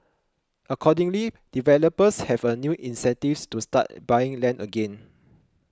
accordingly developers have a new incentives to start buying land again